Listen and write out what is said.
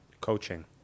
Coaching